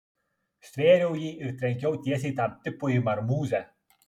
stvėriau jį ir trenkiau tiesiai tam tipui į marmūzę